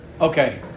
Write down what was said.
Okay